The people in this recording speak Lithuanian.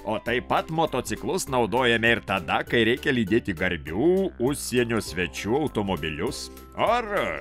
o taip pat motociklus naudojame ir tada kai reikia lydėti garbių užsienio svečių automobilius ar